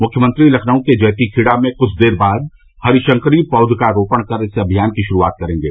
मुख्यमंत्री लखनऊ के जैतीखेड़ा में कुछ देर बाद हरीशंकरी पौध का रोपण कर इस अभियान की शुरूआत करेंगे